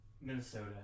Minnesota